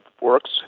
works